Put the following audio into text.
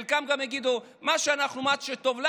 וחלקם גם יגידו: מה שטוב לנו,